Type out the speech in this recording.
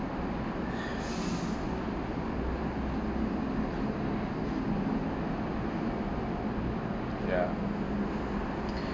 ya